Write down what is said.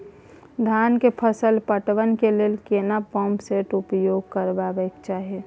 धान के फसल पटवन के लेल केना पंप सेट उपयोग करबाक चाही?